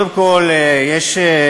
אז זה מה שהוא עושה,